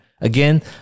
Again